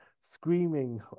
screaming